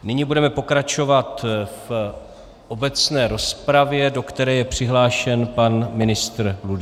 Nyní budeme pokračovat v obecné rozpravě, do které je přihlášen pan ministr Ludvík.